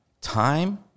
Time